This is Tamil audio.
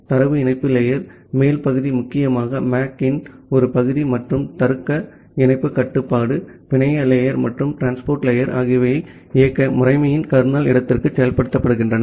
தரவு இணைப்பு லேயர் மேல் பகுதி முக்கியமாக MAC இன் ஒரு பகுதி மற்றும் தருக்க இணைப்பு கட்டுப்பாடு பிணைய லேயர் மற்றும் டிரான்ஸ்போர்ட் லேயர் ஆகியவை இயக்க முறைமையின் கர்னல் இடத்திற்குள் செயல்படுத்தப்படுகின்றன